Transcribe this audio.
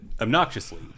obnoxiously